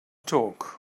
talk